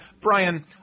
Brian